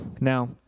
Now